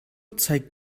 zeigt